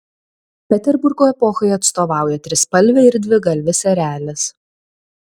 peterburgo epochai atstovauja trispalvė ir dvigalvis erelis